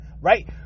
right